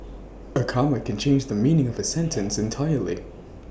A comma can change the meaning of A sentence entirely